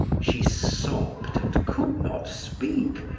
she sobbed and could not speak.